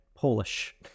Polish